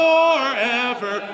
Forever